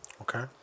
Okay